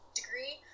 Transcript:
degree